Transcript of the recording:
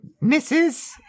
misses